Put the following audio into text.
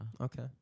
Okay